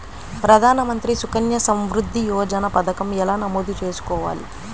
ప్రధాన మంత్రి సుకన్య సంవృద్ధి యోజన పథకం ఎలా నమోదు చేసుకోవాలీ?